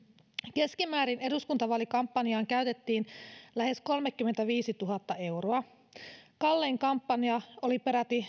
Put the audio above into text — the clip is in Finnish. keskimäärin eduskuntavaalikampanjaan käytettiin lähes kolmekymmentäviisituhatta euroa kallein kampanja oli peräti